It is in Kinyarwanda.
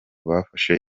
bafashe